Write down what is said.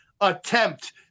attempt